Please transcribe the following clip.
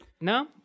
No